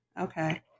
Okay